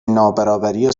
نابرابری